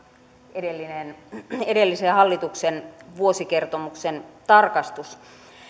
edellisen hallituksen vuosikertomuksen tarkastus